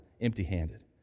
empty-handed